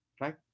right